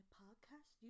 podcast